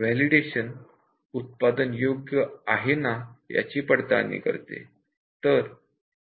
validation उत्पादन योग्य आहे ना याची पडताळणी करते तर